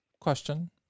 question